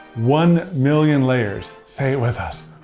one million layers, say it with us.